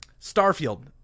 Starfield